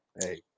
hey